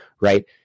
right